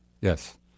Yes